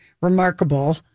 remarkable